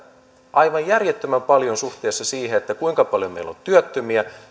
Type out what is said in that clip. aivan järjettömän paljon suhteessa siihen kuinka paljon meillä on työttömiä